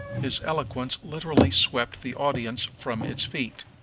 his eloquence literally swept the audience from its feet.